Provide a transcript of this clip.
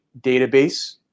database